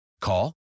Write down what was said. Call